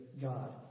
God